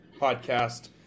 podcast